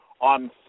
on